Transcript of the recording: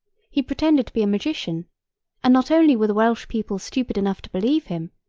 he pretended to be a magician and not only were the welsh people stupid enough to believe him,